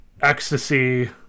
Ecstasy